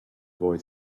boy